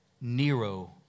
Nero